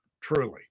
truly